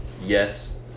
yes